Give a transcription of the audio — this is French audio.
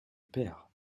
perds